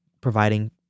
providing